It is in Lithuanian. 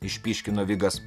išpyškino vigas